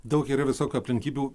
daug yra visokių aplinkybių